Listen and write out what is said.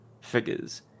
figures